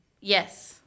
Yes